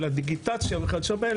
של הדיגיטציה וכיו"ב,